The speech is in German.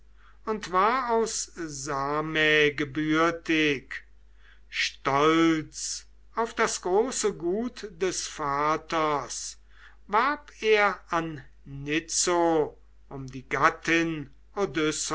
und war aus same gebürtig stolz auf das große gut des vaters warb er anitzo um die gattin